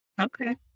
okay